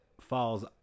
falls